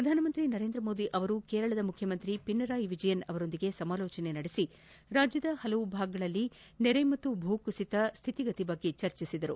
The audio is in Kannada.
ಪ್ರಧಾನಮಂತ್ರಿ ನರೇಂದ್ರ ಮೋದಿ ಕೇರಳದ ಮುಖ್ಯಮಂತ್ರಿ ಪಿಣರಾಯಿ ವಿಜಯನ್ ಅವರೊಂದಿಗೆ ಸಮಾಲೋಚಿಸಿ ರಾಜ್ಯದ ಹಲವು ಭಾಗಗಳಲ್ಲಿನ ಪ್ರವಾಹ ಮತ್ತು ಭೂಕುಸಿತದ ಸ್ಥಿತಿಗತಿ ಬಗ್ಗೆ ಚರ್ಚೆ ನಡೆಸಿದರು